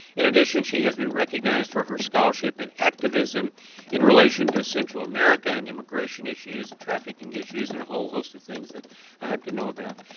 in addition, she has been recognized for her scholarship and activism in relation to central america and immigration issues and trafficking issues and a whole host of things that i happen to know about.